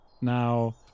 Now